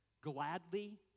gladly